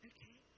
Okay